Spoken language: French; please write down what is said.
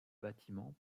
bâtiments